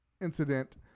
incident